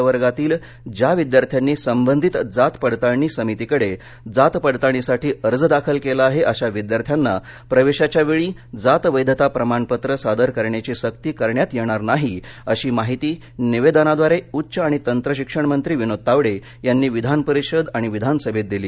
प्रवर्गातील ज्या विद्यार्थ्यांनी संबंधित जात पडताळणी समितीकडे जात पडताळणीसाठी अर्ज दाखल केला आहे अशा विद्यार्थ्यांना प्रवेशाच्या वेळी जात वैधता प्रमाणपत्र सादर करण्याची सक्ती करण्यात येणार नाही अशी माहिती निवेदनाद्वारे उच्च आणि तंत्र शिक्षण मंत्री विनोद तावडे यांनी विधानपरिषद आणि विधानसभेत दिली